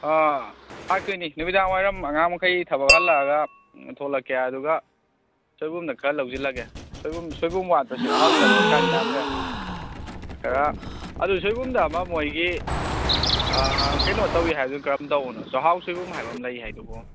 ꯑꯥ ꯂꯥꯛꯇꯣꯏꯅꯤ ꯅꯨꯃꯤꯗꯥꯡ ꯋꯥꯏꯔꯝ ꯑꯉꯥꯡ ꯃꯈꯩ ꯊꯕꯛ ꯍꯜꯂꯛꯑꯒ ꯊꯣꯛꯂꯛꯀꯦ ꯑꯗꯨꯒ ꯁꯣꯏꯕꯨꯝꯗꯣ ꯈꯔ ꯂꯧꯁꯤꯜꯂꯒꯦ ꯁꯣꯏꯕꯨꯝ ꯁꯣꯏꯕꯨꯝ ꯋꯥꯠꯄꯁꯦ ꯑꯍꯥꯎ ꯆꯅꯤꯡꯉ ꯀꯥꯟꯗ ꯌꯥꯗ꯭ꯔꯦ ꯈꯔ ꯑꯗꯣ ꯁꯣꯏꯕꯨꯝꯗ ꯑꯃ ꯃꯣꯏꯒꯤ ꯀꯩꯅꯣ ꯇꯧꯋꯤ ꯍꯥꯏꯕꯗꯨꯅ ꯀꯔꯝ ꯇꯧꯕꯅꯣ ꯆꯍꯥꯎ ꯁꯣꯏꯕꯨꯝ ꯍꯥꯏꯕ ꯑꯃ ꯂꯩ ꯍꯥꯏꯗꯨꯕꯣ